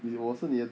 你我是你的